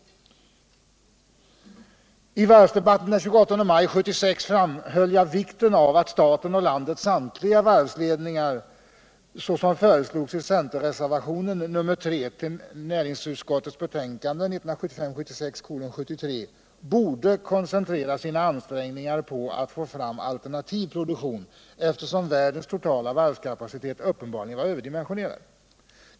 I varvsdebatten den 28 maj 1976 framhöll jag vikten av att staten och landets samtliga varvsledningar såsom föreslogs i centerreservationen till näringsutskottets betänkande 1975/76:73 borde koncentrera sina ansträngningar på att få fram alternativ produktion, eftersom världens totala varvskapacitet uppenbarligen var överdimensionerad.